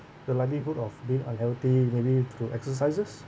the likelihood of being unhealthy maybe through exercises